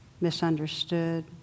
misunderstood